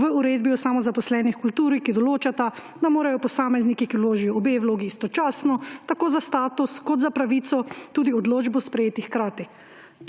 v uredbi o samozaposlenih v kulturi, ki določata, da morajo posamezniki, ki vložijo obe vlogi istočasno, tako za status kot za pravico, tudi odločbi sprejeti hkrati.